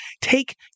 take